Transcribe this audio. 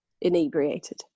inebriated